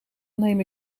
neem